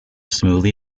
smoothly